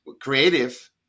creative